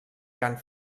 cant